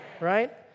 Right